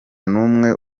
n’umwe